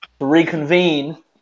reconvene